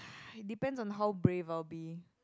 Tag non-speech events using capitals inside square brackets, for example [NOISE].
[BREATH] it depends on how brave I'll be